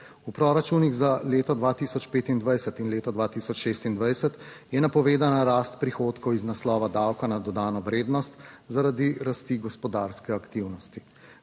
V proračunih za leto 2025 in leto 2026 je napovedana rast prihodkov iz naslova davka na dodano vrednost, zaradi rasti gospodarske aktivnosti.